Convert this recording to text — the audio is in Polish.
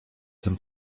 tym